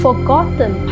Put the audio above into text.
forgotten